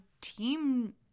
Team